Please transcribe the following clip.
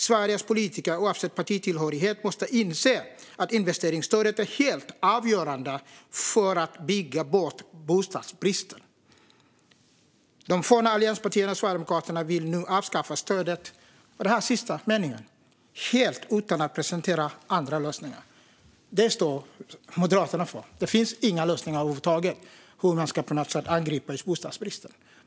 - Sveriges politiker, oavsett partitillhörighet, måste inse att investeringsstödet är helt avgörande för att bygga bort bostadsbristen. - De forna allianspartierna och Sverigedemokraterna vill nu avskaffa stödet. Helt utan att presentera andra lösningar." Det är den sista meningen som är det Moderaterna står för - det finns inga lösningar över huvud taget för hur man ska angripa bostadsbristen.